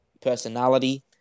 personality